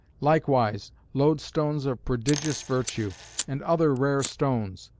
likewise loadstones of prodigious virtue and other rare stones,